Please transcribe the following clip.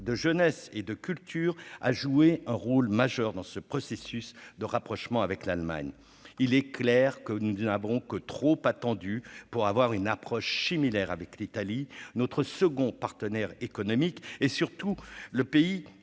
de jeunesse et de culture, a joué un rôle majeur dans ce processus de rapprochement avec l'Allemagne, il est clair que nous deviendrons que trop attendu pour avoir une approche similaire avec l'Italie, notre second partenaire économique et surtout le pays